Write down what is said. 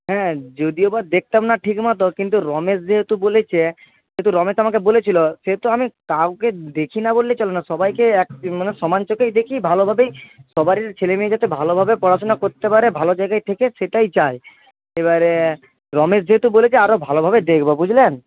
হ্যাঁ যদি এবার দেখতাম না ঠিকমতো কিন্তু রমেশ যেহেতু বলেছে কিন্তু রমেশ আমাকে বলেছিল সে তো আমি কাউকে দেখি না বললেই চলে না সবাইকে এক মানে সমান চোখেই দেখি ভালভাবেই সবারই ছেলেমেয়ে যাতে ভালোভাবে পড়াশোনা করতে পারে ভালো জায়গায় থেকে সেটাই চাই এবারে রমেশ যেহেতু বলেছে আরো ভালোভাবে দেখবো বুঝলেন